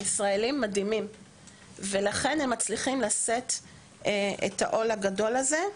הישראלים מדהימים ולכן הם מצליחים לשאת את העול הגדול הזה.